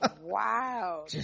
Wow